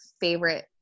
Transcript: favorite –